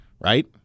Right